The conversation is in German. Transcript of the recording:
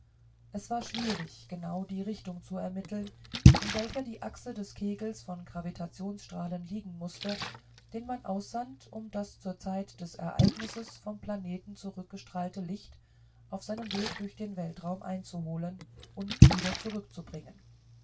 es war schwierig genau die richtung zu ermitteln in welcher die achse des kegels von gravitationsstrahlen liegen mußte den man aussandte um das zur zeit des ereignisses vom planeten zurückgestrahlte licht auf seinem weg durch den weltraum einzuholen und wieder zurückzubringen